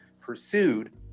pursued